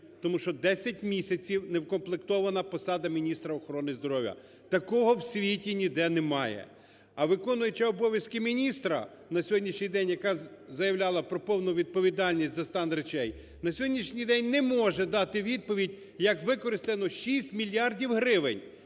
тому що 10 місяців неукомплектована посада міністра охорони здоров'я. Такого в світі ніде немає. А виконуючий обов'язки міністра на сьогоднішній день, яка заявляла про повну відповідальність за стан речей, на сьогоднішній день не може дати відповідь, як використано 6 мільярдів гривень.